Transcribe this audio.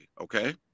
okay